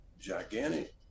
gigantic